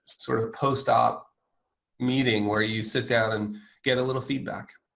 sort of post-op meeting where you sit down and get a little feedback.